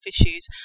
issues